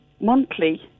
monthly